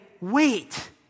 wait